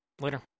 Later